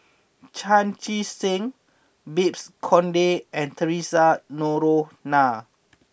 Chan Chee Seng Babes Conde and Theresa Noronha